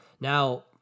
Now